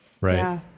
right